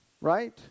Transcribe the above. right